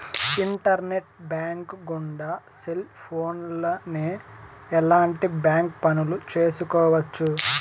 internet bank గుండా cell ఫోన్లోనే ఎలాంటి బ్యాంక్ పనులు చేసుకోవచ్చు